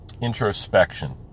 Introspection